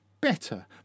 better